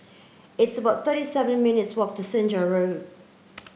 it's about thirty seven minutes walk to Senja Road